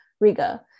Riga